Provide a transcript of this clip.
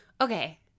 Okay